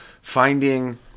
finding